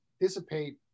dissipate